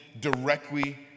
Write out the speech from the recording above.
directly